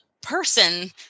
person